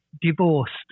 divorced